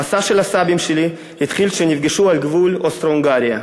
המסע של הסבים שלי התחיל כשהם נפגשו על גבול אוסטרו-הונגריה.